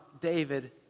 David